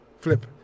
Flip